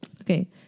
Okay